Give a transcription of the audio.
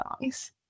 songs